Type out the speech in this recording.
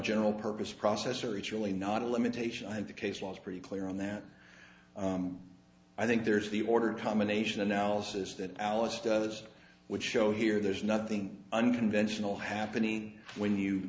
general purpose processor it's really not a limitation and the case was pretty clear on that i think there's the ordered combination analysis that alice does which show here there's nothing unconventional happening when you